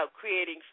creating